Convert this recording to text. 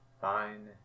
Fine